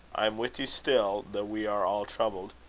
i am with you still, though we are all troubled.